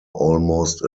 almost